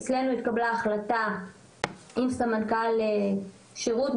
אצלנו התקבלה החלטה עם סמנכ"ל שירות,